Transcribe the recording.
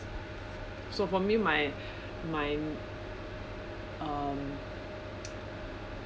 so for me my my um